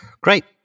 Great